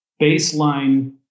Baseline